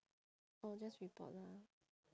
oh just report lah